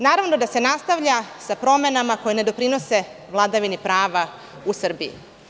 Naravno da se nastavlja sa promenama koje ne doprinose vladavini prava u Srbiji.